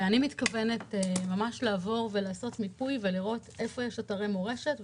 אני מתכוונת לעשות מיפוי ולראות איפה יש אתרי מורשת.